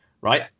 right